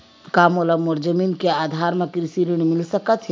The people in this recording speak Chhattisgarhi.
का मोला मोर जमीन के आधार म कृषि ऋण मिल सकत हे?